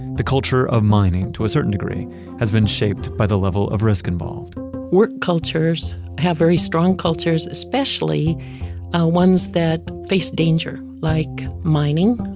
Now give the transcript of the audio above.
the culture of mining to a certain degree has been shaped by the level of risk involved work cultures have very strong cultures, especially ah ones that face danger like mining,